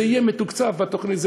זה יהיה מתוקצב בתוכנית.